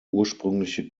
ursprüngliche